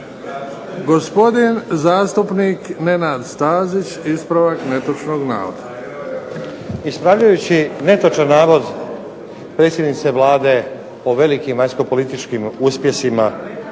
Gospodin zastupnik Nenad Stazić, ispravak netočnog navoda. **Stazić, Nenad (SDP)** Ispravljajući netočan navod predsjednice Vlade po velikim vanjskopolitičkim uspjesima,